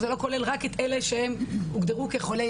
זה לא כולל רק את אלה שהם הוגדרו כחולי